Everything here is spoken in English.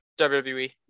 WWE